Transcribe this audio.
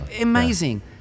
Amazing